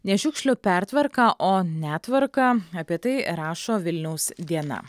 ne šiukšlių pertvarka o netvarka apie tai rašo vilniaus diena